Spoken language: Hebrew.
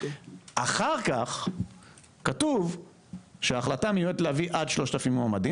אחר כך כתוב שהחלטה מיועדת להביא עד 3,000 מועמדים